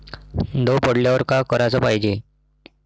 दव पडल्यावर का कराच पायजे?